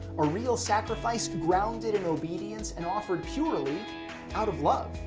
a real sacrifice grounded in obedience and offered purely out of love.